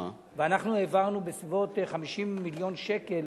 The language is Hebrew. ואנחנו העברנו בסביבות 50 מיליון שקל